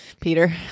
Peter